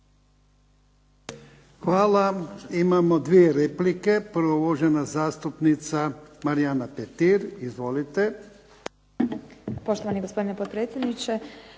Hvala. Imamo dvije replike. Prva uvažena zastupnica Marijana Petir. Izvolite. **Petir, Marijana